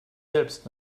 selbst